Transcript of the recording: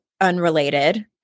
unrelated